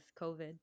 COVID